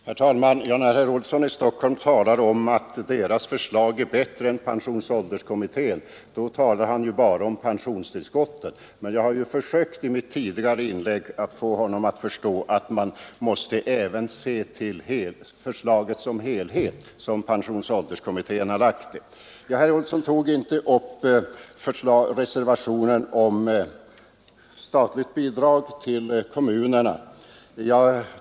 Herr talman! När herr Olsson i Stockholm talar om att deras förslag är bättre än pensionsålderskommitténs, talar han ju bara om pensionstillskotten. Jag har dock försökt i mitt tidigare inlägg att få herr Olsson att förstå att man måste även se till kommitténs förslag i dess helhet. Herr Olsson tog inte upp reservationen om statligt bidrag till kommunerna förut.